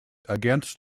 against